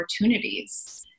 opportunities